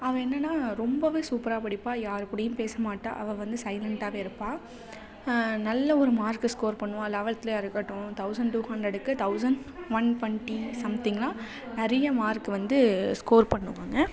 அவள் என்னென்னா ரொம்பவே சூப்பராக படிப்பாள் யாருக்கூடயும் பேசமாட்டாள் அவள் வந்து சைலன்ட்டாகவே இருப்பாள் நல்ல ஒரு மார்க்கை ஸ்கோர் பண்ணுவாள் லெவல்த்லையாக இருக்கட்டும் தௌசண்ட் டூ ஹண்ட்ரடுக்கு தௌசண்ட் ஒன் ட்வென்ட்டி சம்திங்கெலாம் நிறைய மார்க் வந்து ஸ்கோர் பண்ணுவாங்க